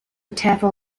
tearful